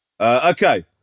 Okay